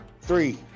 three